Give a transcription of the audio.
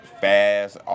fast